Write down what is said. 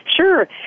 Sure